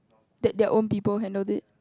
that their own people handled it